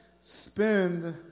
spend